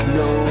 no